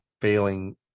failing